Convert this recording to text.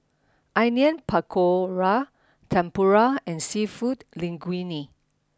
Onion Pakora Tempura and Seafood Linguine